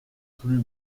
plus